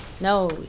No